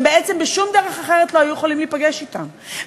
בעצם בשום דרך אחרת לא היו יכולים להיפגש אתם,